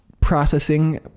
processing